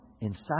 inside